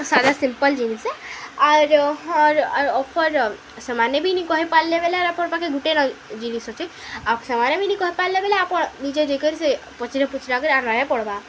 ସାଧା ସିମ୍ପଲ ଜିନିଷ ଆର୍ ଆର୍ ଅଫର୍ ସେମାନେ ବି ନାଇଁ କହିପାରିଲେ ବୋଲେ ଆର୍ ଆପଣ ପାଖେ ଗୁଟେ ନ ଜିନିଷ ଅଛି ଆଉ ସେମାନେ ବି ନାଇଁ କହିପାରିଲେ ବୋଲେ ଆପଣ ନିଜେ ଯାଇକରି ସେ ପଚରା ପୁଚୁରା କରି ଆଣବାକେ ପଡ଼ବା